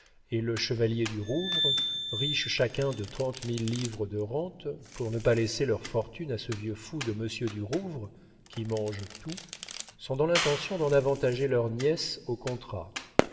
et le chevalier du rouvre riches chacun de trente mille livres de rente pour ne pas laisser leur fortune à ce vieux fou de monsieur du rouvre qui mange tout sont dans l'intention d'en avantager leur nièce au contrat